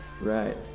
Right